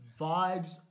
Vibes